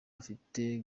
afite